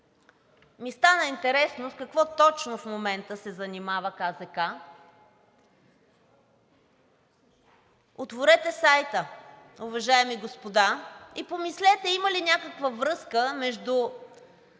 ми стана интересно с какво точно в момента се занимава КЗК. Отворете сайта, уважаеми господа, и помислете има ли някаква връзка между